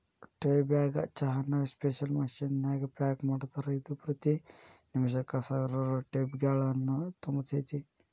tea bag ಚಹಾನ special machine ನ್ಯಾಗ pack ಮಾಡ್ತಾರ, ಇದು ಪ್ರತಿ ನಿಮಿಷಕ್ಕ ಸಾವಿರಾರು ಟೇಬ್ಯಾಗ್ಗಳನ್ನು ತುಂಬತೇತಿ